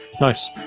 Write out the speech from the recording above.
Nice